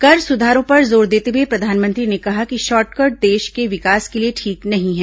कर सुधारों पर जोर देते हुए प्रधानमंत्री ने कहा कि शॉर्टकट देश के विकास के लिए ठीक नहीं है